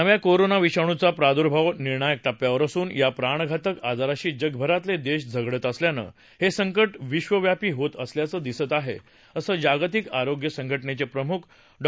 नव्या कोरोना विषाणूचा प्रादुर्भाव निर्णायक टप्प्यावर असून या प्राणघातक आजाराशी जगभरातले देश झगडत असल्यानं हे संकट विक्वव्यापी होत असल्याचं दिसत आहे असं जागतिक आरोग्य संघटनेचे प्रमुख डॉ